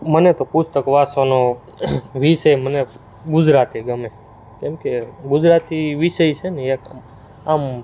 મને તો પુસ્તક વાંચવાનો વિષય મને ગુજરાતી ગમે કેમ કે ગુજરાતી વિષય છે ને એક આમ